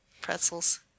pretzels